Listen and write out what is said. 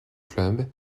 club